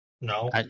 No